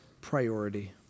priority